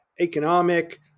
economic